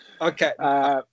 Okay